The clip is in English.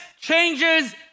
changes